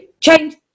change